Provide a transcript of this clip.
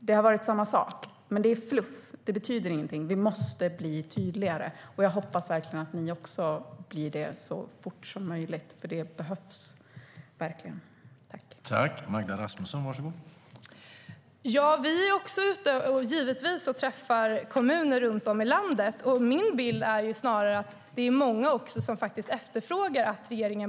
Det har varit samma sak. Men det är fluff. Det betyder ingenting. Vi måste bli tydligare. Jag hoppas verkligen att ni också blir det så fort som möjligt, för det behövs verkligen.